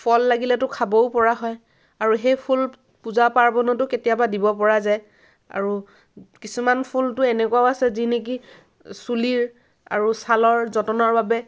ফল লাগিলেটো খাবও পৰা হয় আৰু সেই ফুল পূজা পাৰ্বণতো কেতিয়াবা দিব পৰা যায় আৰু কিছুমান ফুলটো এনেকুৱাও আছে যি নিকি চুলিৰ আৰু ছালৰ যতনৰ বাবে